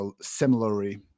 similarly